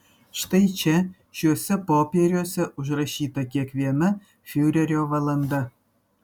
štai čia šiuose popieriuose užrašyta kiekviena fiurerio valanda